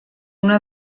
una